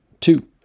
Two